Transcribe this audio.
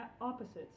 opposites